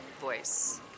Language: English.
voice